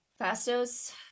Fastos